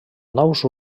nous